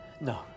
No